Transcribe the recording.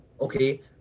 Okay